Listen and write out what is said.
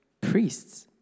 priests